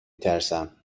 ترسم